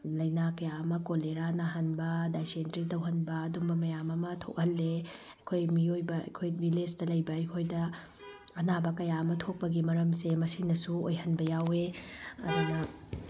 ꯂꯥꯏꯅꯅꯥ ꯀꯌꯥ ꯑꯃ ꯀꯣꯂꯦꯔꯥ ꯅꯥꯍꯟꯕ ꯗꯥꯏꯁꯦꯟꯇ꯭ꯔꯤ ꯇꯧꯍꯟꯕ ꯑꯗꯨꯝꯕ ꯃꯌꯥꯝ ꯑꯃ ꯊꯣꯛꯍꯜꯂꯦ ꯑꯩꯈꯣꯏ ꯃꯤꯑꯣꯏꯕ ꯑꯩꯈꯣꯏ ꯕꯤꯂꯦꯖꯇ ꯂꯩꯕ ꯑꯩꯈꯣꯏꯗ ꯑꯅꯥꯕ ꯀꯌꯥ ꯑꯃ ꯊꯣꯛꯄꯒꯤ ꯃꯔꯝꯁꯦ ꯃꯁꯤꯅꯁꯨ ꯑꯣꯏꯍꯟꯕ ꯌꯥꯎꯋꯦ ꯑꯗꯨꯅ